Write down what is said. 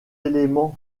éléments